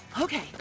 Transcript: Okay